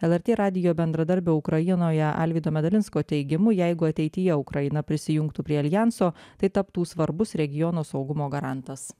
lrt radijo bendradarbio ukrainoje alvydo medalinsko teigimu jeigu ateityje ukraina prisijungtų prie aljanso tai taptų svarbus regiono saugumo garantas